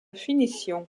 finition